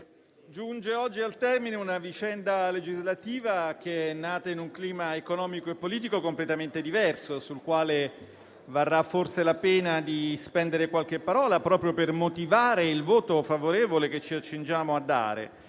giunge oggi al termine una vicenda legislativa che è nata in un clima economico e politico completamente diverso, sul quale varrà forse la pena di spendere qualche parola proprio per motivare il voto favorevole che ci accingiamo ad